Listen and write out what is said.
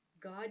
God